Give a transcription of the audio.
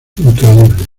increíble